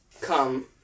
come